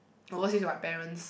overseas with my parents